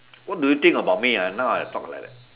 what do you think about me lah now I talk like that